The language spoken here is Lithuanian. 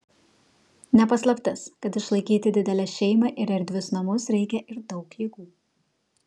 ne paslaptis kad išlaikyti didelę šeimą ir erdvius namus reikia ir daug jėgų